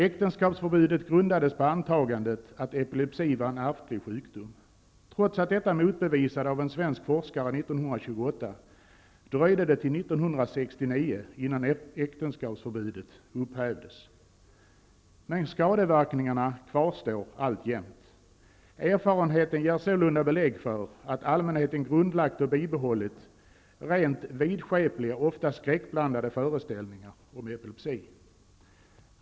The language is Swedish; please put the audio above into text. Äktenskapsförbudet grundades på antagandet att epilepsi var en ärftlig sjukdom. Trots att detta motbevisades av en svensk forskare 1928 dröjde det till 1969 innan äktenskapsförbudet upphävdes. Men skadeverkningarna kvarstår alltjämt. Erfarenheten ger sålunda belägg för att allmänheten grundlagt och bibehållit rent vidskepliga, ofta skräckblandade föreställningar om epilepsi.